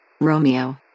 Romeo